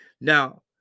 now